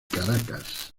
caracas